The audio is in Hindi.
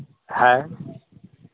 है